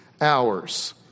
hours